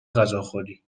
غذاخوری